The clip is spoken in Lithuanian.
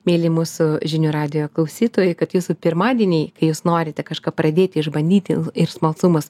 mieli mūsų žinių radijo klausytojai kad jūsų pirmadieniai kai jūs norite kažką pradėti išbandyti il ir smalsumas